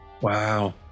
Wow